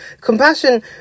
Compassion